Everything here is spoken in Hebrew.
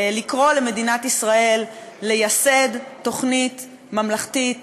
לקרוא למדינת ישראל לייסד תוכנית ממלכתית